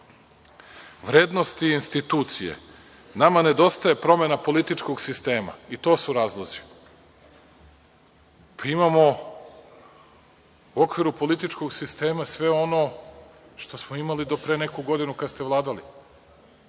vrednosti institucije. Nama nedostaje promena političkog sistema i to su razlozi. Pa, imamo u okviru političkog sistema sve ono što smo imali do pre neku godinu kada ste vladali.